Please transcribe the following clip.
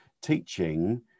teaching